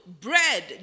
bread